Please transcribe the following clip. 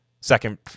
second